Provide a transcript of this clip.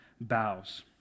bows